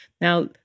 Now